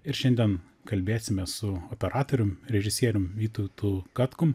ir šiandien kalbėsimės su operatorium režisierium vytautu katkum